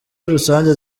rusange